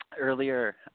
Earlier